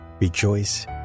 Rejoice